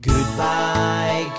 Goodbye